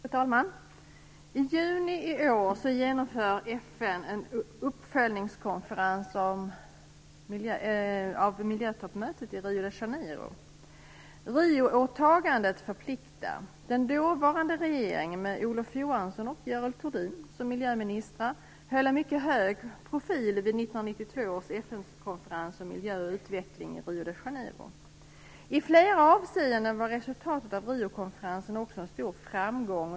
Fru talman! Í juni i år genomför FN en uppföljningskonferens om miljötoppmötet i Rio de Janeiro. Rioåtagandet förpliktar. Den dåvarande regeringen med Olof Johansson och Görel Thurdin som miljöministrar höll en mycket hög profil vid 1992 års FN I flera avseenden var resultatet av Riokonferensen också en stor framgång.